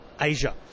Asia